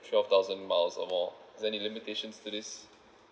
twelve thousand miles or more is there any limitations to this